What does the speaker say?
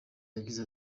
yagize